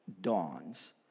dawns